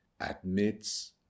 admits